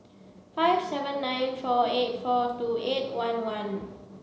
five seven nine four eight four two eight one one